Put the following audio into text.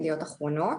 ידיעות אחרונות.